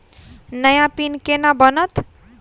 नया पिन केना बनत?